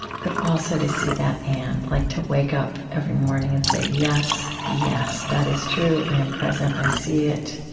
but also, to see that and like to wake up every morning and say, yes, yes. that is true. i am present. i see it.